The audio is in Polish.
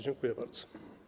Dziękuję bardzo.